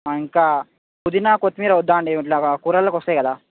ఇంకా పుదీనా కొత్తిమీర వద్దా అండి దీంట్లో కూరల్లోకి వస్తాయి కదా